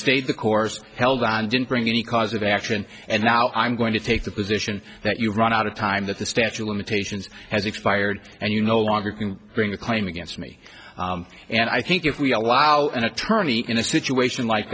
stayed the course held and didn't bring any cause of action and now i'm going to take the position that you run out of time that the statue of limitations has expired and you no longer can bring the claim against me and i think if we allow an attorney in a situation like